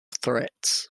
threats